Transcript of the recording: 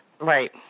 Right